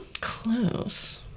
Close